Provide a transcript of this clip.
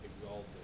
exalted